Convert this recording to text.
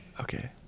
Okay